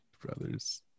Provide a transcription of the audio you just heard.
Brothers